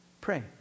Pray